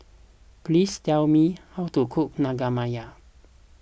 please tell me how to cook Naengmyeon